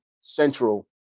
central